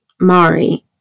Mari